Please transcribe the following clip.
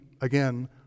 again